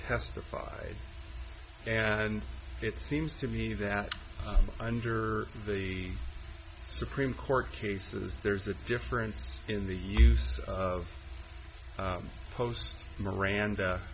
testified and it seems to me that under the supreme court cases there's a difference in the use of post miranda